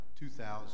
2,000